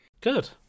Good